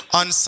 on